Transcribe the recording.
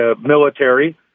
military